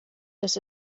this